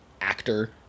actor